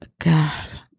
God